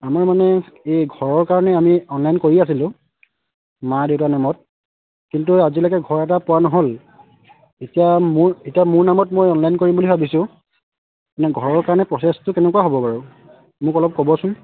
আমাৰ মানে এই ঘৰৰ কাৰণে আমি অনলাইন কৰি আছিলোঁ মা দেউতাৰ নামত কিন্তু আজিলৈকে ঘৰ এটা পোৱা নহ'ল এতিয়া মোৰ এতিয়া মোৰ নামত মই অনলাইন কৰিম বুলি ভাবিছোঁ মানে ঘৰৰ কাৰণে প্ৰচেছটো কেনেকুৱা হ'ব বাৰু মোক অলপ ক'বচোন